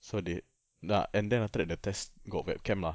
so they ah and then after that the test got webcam ah